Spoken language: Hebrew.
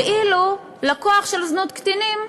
ואילו על לקוח של זנות קטינים,